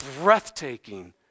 breathtaking